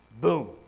boom